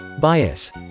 Bias